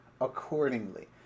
Accordingly